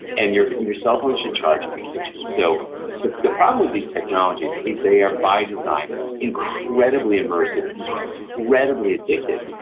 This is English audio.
and your your cell phone should charge in the kitchen. so the the problem with these technologies is they are by design incredibly immersive, incredibly addictive,